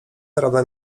rada